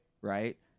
right